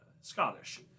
scottish